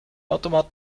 automat